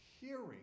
hearing